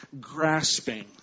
grasping